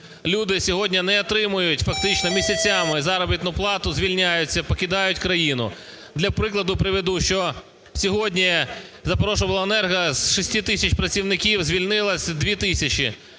Люди сьогодні не отримують фактично місяцями заробітну плату, звільняються, покидають країну. Для прикладу приведу, що сьогодні в "Запоріжжяобленерго" з 6 тисяч працівників звільнилось 2 тисячі.